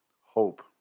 Hope